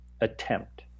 attempt